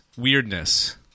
Weirdness